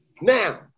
Now